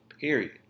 period